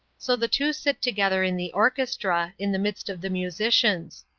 so the two sit together in the orchestra, in the midst of the musicians.